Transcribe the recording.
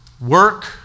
work